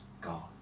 God